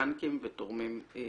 בנקים ותורמים פרטיים.